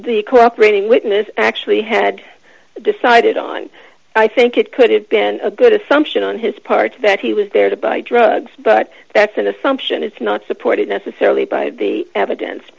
the cooperating witness actually had decided on i think it could have been a good assumption on his part that he was there to buy drugs but that's an assumption it's not supported necessarily by the evidence